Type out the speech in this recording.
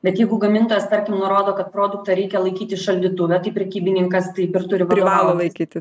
bet jeigu gamintojas tarkim nurodo kad produktą reikia laikyti šaldytuve tai prekybininkas taip ir turi privalo laikyti